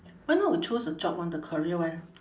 why not we choose the job one the career one